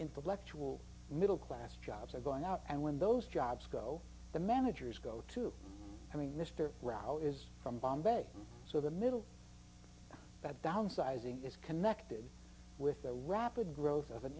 intellectual middle class jobs are going out and when those jobs go the managers go to i mean mr rollo is from bombay so the middle of that downsizing is connected with the rapid growth of an